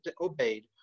obeyed